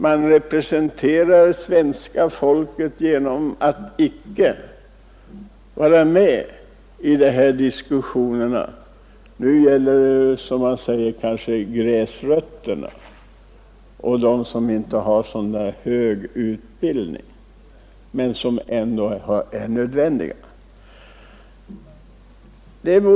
De representerar svenska folket genom att icke närvara vid diskussionerna. De tillhör kanske visserligen gräsrötterna och har ofta inte så hög utbildning, men de är ändå nödvändiga.